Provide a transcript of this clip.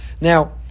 now